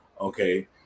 Okay